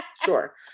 Sure